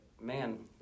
man